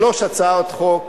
שלוש הצעות חוק,